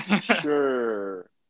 Sure